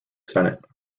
senate